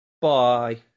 Bye